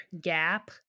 gap